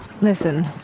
Listen